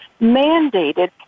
mandated